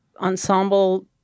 ensemble